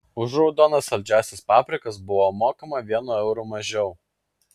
už raudonas saldžiąsias paprikas buvo mokama vienu euru mažiau